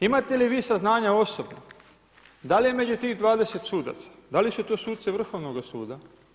Imate li vi saznanja osobno, da li je među tih 20 sudaca, da li su to suci Vrhovnoga suda?